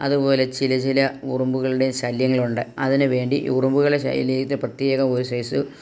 അതുപോലെ ചില ചില ഉറുമ്പുകളുടെയും ശല്യങ്ങൾ ഉണ്ട് അതിനുവേണ്ടി ഉറുമ്പുകളുടെ ശല്യത്തി പ്രത്യേക ഒരു സൈസ്സ്